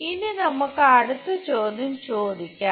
ഇനി നമുക്ക് അടുത്ത ചോദ്യം ചോദിക്കാം